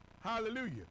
Hallelujah